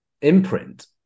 imprint